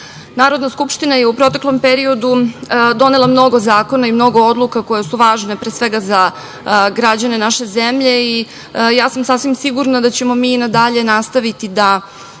skupština je u proteklom periodu donela mnogo zakona i mnogo odluka koje su važne, pre svega za građane naše zemlje i ja sam sigurna da ćemo mi i nadalje nastaviti da